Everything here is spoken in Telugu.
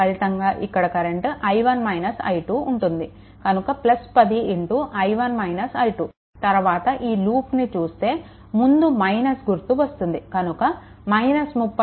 ఫలితంగా ఇక్కడ కరెంట్ i1 - i2 ఉంటుంది కనుక 10 i1 - i2 తరువాత ఈ లూప్ని చూస్తే ముందు - గుర్తు వస్తుంది కనుక 30i1 0